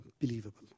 unbelievable